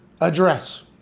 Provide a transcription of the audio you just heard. address